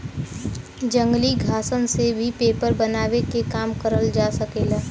जंगली घासन से भी पेपर बनावे के काम करल जा सकेला